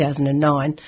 2009